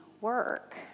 work